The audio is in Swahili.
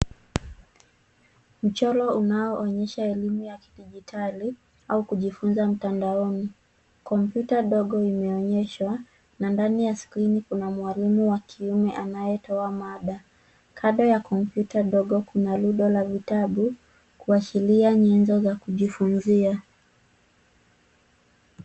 Mchoro unaoonyesha elimu ya kidijitali au kujifunza mtandaoni. Kompyuta dogo imeonyeshwa na ndani ya skrini kuna mwalimu wa kiume anayetoa mada. Kando ya kompyuta ndogo kuna rundo la vitabu kuashiria nyenzo za kujifunzia.